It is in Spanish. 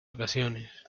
ocasiones